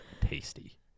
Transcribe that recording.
tasty